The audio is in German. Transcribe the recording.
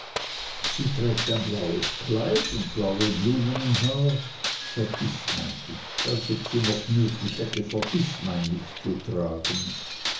sie trägt ein blaues kleid und blaue blumen im haar vergißmeinnicht als ob sie noch nötig hätte vergißmeinnicht zu tragen